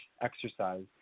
exercise